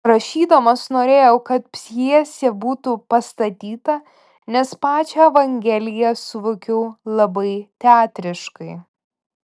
rašydamas norėjau kad pjesė būtų pastatyta nes pačią evangeliją suvokiu labai teatriškai